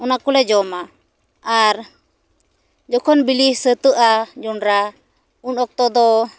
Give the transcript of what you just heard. ᱚᱱᱟ ᱠᱚᱞᱮ ᱡᱚᱢᱟ ᱟᱨ ᱡᱚᱠᱷᱚᱱ ᱵᱤᱞᱤ ᱥᱟᱹᱛᱟᱹᱜᱼᱟ ᱡᱚᱸᱰᱨᱟ ᱩᱱ ᱚᱠᱛᱚ ᱫᱚ